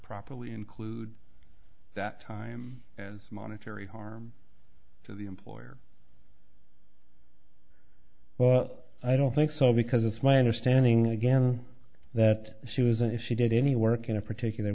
properly include that time and monetary harm to the employer well i don't think so because it's my understanding again that she was if she did any work in a particular